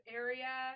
area